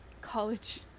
college